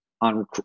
on